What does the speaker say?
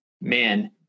man